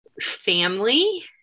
family